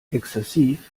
exzessiv